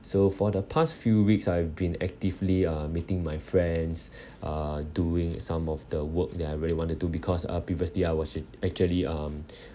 so for the past few weeks I've been actively uh meeting my friends uh doing some of the work that I really wanted to because uh previously I was ac~ actually um